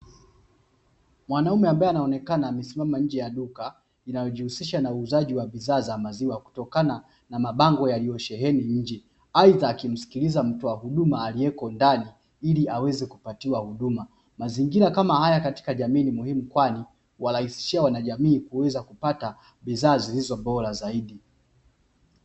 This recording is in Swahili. Mwanaume ambaye anaonekana amesimama nje ya duka linalojihusisha na uuzaji wa bidhaa za maziwa kutokana na mabango yaliyosheheni nje, aidha akimsikiliza mtoa huduma aliyeko ndani ili aweze kupatiwa huduma, mazingira kama haya katika jamii ni muhimu kwani huwaraisishia wanajamii kuweza kupata bidhaa zilizo bora zaidi.